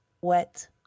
wet